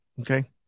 Okay